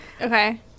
Okay